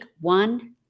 one